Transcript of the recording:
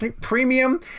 premium